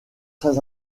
très